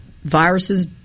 Viruses